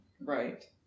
Right